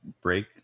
break